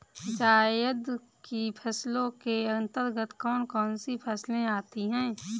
जायद की फसलों के अंतर्गत कौन कौन सी फसलें आती हैं?